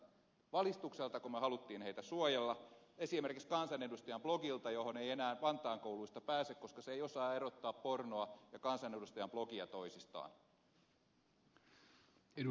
valistukseltako me halusimme heitä suojella esimerkiksi kansanedustajan blogilta johon ei enää vantaan kouluista pääse koska ohjelma ei osaa erottaa pornoa ja kansanedustajan blogia toisistaan